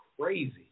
crazy